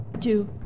Two